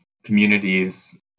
Communities